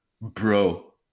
bro